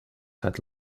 had